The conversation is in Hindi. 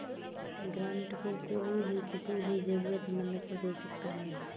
ग्रांट को कोई भी किसी भी जरूरतमन्द को दे सकता है